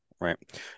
right